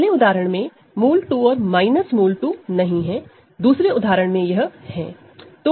पहले उदाहरण में √2 और √2 नहीं है दूसरे उदाहरण में यह है